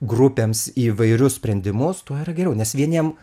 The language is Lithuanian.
grupėms įvairius sprendimus tuo yra geriau nes vieniem